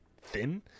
thin